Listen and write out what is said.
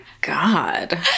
god